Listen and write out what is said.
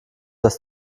das